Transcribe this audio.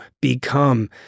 become